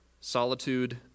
Solitude